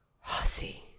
Hussy